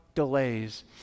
delays